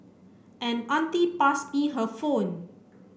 an auntie passed me her phone